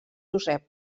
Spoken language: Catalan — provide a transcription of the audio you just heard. josep